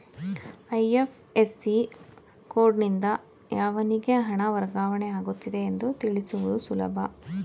IFSC ಕೋಡ್ನಿಂದ ಯಾವನಿಗೆ ಹಣ ವರ್ಗಾವಣೆ ಆಗುತ್ತಿದೆ ಎಂದು ತಿಳಿಸುವುದು ಸುಲಭ